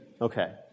Okay